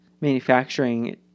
manufacturing